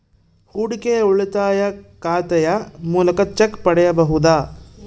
ಹೂಡಿಕೆಯ ಉಳಿತಾಯ ಖಾತೆಯ ಮೂಲಕ ಚೆಕ್ ಪಡೆಯಬಹುದಾ?